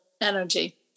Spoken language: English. energy